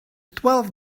twelve